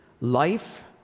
life